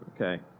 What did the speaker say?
okay